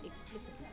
explicitly